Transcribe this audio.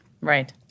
Right